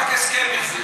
בהסכם.